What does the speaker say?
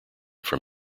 from